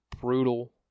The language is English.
brutal